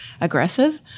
aggressive